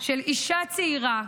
של אישה צעירה,